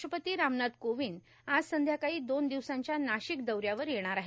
राष्ट्रपती रामनाथ कोविंद आज संध्याकाळी दोन दिवसांच्या नाशिक दौऱ्यावर येत आहेत